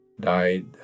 died